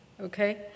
Okay